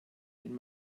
wenn